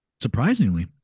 Surprisingly